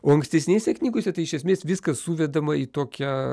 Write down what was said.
o ankstesnėse knygose tai iš esmės viskas suvedama į tokią